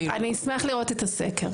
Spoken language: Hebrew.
אשמח לראות את הסקר.